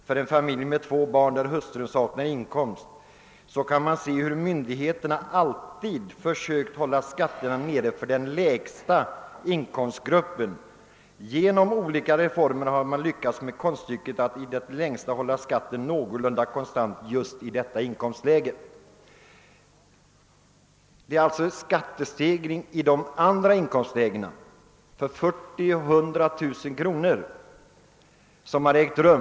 för en familj med 2 barn där hustrun saknar inkomst, så kan man se hur myndigheterna alltid försökt hålla skatterna nere för den lägsta inkomstgruppen. Genom olika reformer har man lyckats med konststycket att i det längsta hålla skatten någorlunda konstant i just detta inkomst läge.» Det är alltså en skattestegring i de andra inkomstlägena — 40000 och 100 000 kr. — som har ägt rum.